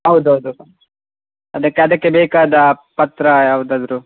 ಹೌದೌದು ಅದಕ್ಕೆ ಅದಕ್ಕೆ ಬೇಕಾದ ಪತ್ರ ಯಾವುದಾದ್ರು